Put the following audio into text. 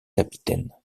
capitaine